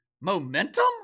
Momentum